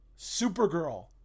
Supergirl